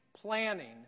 planning